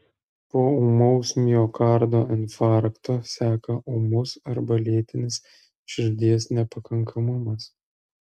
po ūmaus miokardo infarkto seka ūmus arba lėtinis širdies nepakankamumas